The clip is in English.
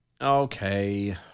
Okay